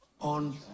on